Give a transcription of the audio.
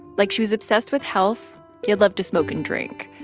like, she was obsessed with health yet loved to smoke and drink.